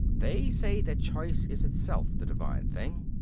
they say that choice is itself the divine thing.